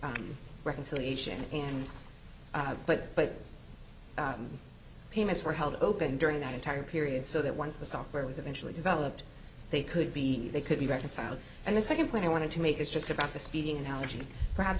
reconciliation and but payments were held open during that entire period so that once the software was eventually developed they could be they could be reconciled and the second point i wanted to make is just about the speeding analogy perhaps